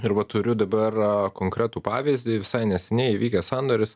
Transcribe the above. ir va turiu dabar konkretų pavyzdį visai neseniai įvykęs sandoris